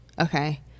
Okay